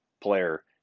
player